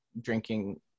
drinking